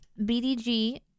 BDG